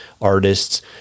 artists